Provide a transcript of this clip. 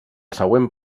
següent